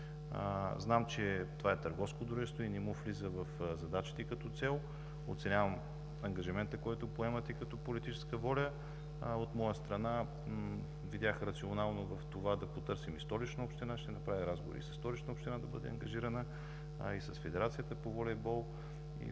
Зная, че това е търговско дружество и не му влиза в задачите като цел. Оценявам ангажимента, който поемате като политическа воля. От моя страна виждам рационалност в това да потърсим и Столична община. Ще направя разговор със Столична община – да бъде ангажирана, а и с Федерацията по волейбол